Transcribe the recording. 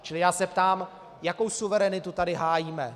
Čili já se ptám, jakou suverenitu tady hájíme.